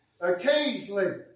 Occasionally